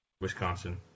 Wisconsin